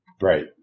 Right